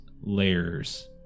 layers